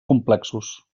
complexos